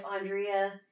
Andrea